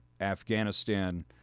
Afghanistan